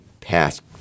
passed